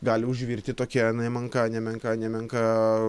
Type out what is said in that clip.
gali užvirti tokia nemenka nemenka nemenka